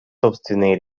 собственные